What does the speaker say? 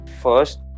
first